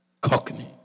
Cockney